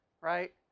Right